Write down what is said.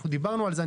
דיברנו על זה,